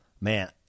Man